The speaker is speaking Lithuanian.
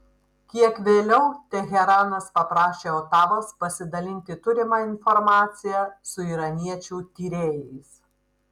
kiek vėliau teheranas paprašė otavos pasidalinti turima informacija su iraniečių tyrėjais